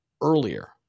earlier